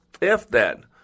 If-then